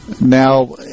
Now